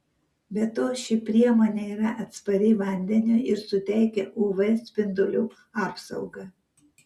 be to ši priemonė yra atspari vandeniui ir suteikia uv spindulių apsaugą